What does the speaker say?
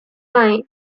vine